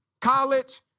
college